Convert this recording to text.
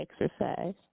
exercise